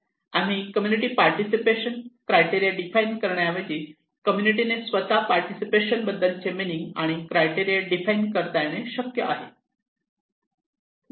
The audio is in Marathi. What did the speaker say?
आम्ही कम्युनिटी पार्टिसिपेशन क्रायटेरिया डिफाइन करण्याऐवजी कम्युनिटी ने स्वतः पार्टिसिपेशन बद्दलचे मिनिंग आणि क्रायटेरिया डिफाइन करता येणे शक्य आहे